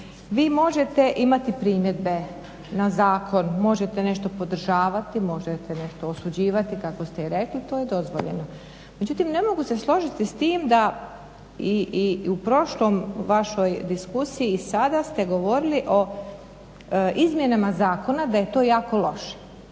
vi možete imati primjedbe na zakon, možete nešto podržavati, možete nešto osuđivati kako ste i rekli. To je dozvoljeno. Međutim, ne mogu se složiti s tim da i u prošloj vašoj diskusiji sada ste govorili o izmjenama zakona da je to jako loše.